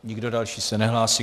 Nikdo další se nehlásí.